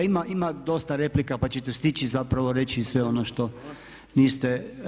Ima dosta replika pa ćete stići zapravo reći sve ono što niste.